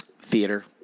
theater